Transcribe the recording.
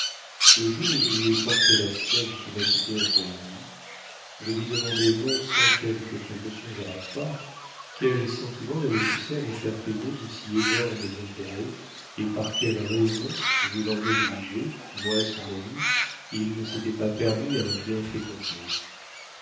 le jour où je lui ai porté la somme qui m'acquittait envers lui je lui demandai non sans quelques précautions oratoires quel sentiment l'avait poussé à me faire payer de si énormes intérêts et par quelle raison voulant m'obliger moi son ami il ne s'était pas permis un bienfait complet